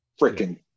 freaking